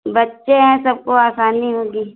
बच्चे हैं सबको आसानी होगी